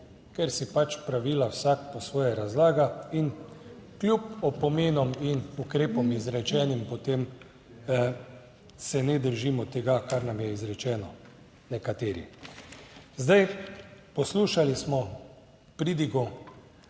ker si pač pravila vsak po svoje razlaga in kljub opominom in ukrepom, izrečenim potem, se ne držimo tega, kar nam je izrečeno nekateri. Zdaj, poslušali smo pridigo